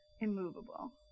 immovable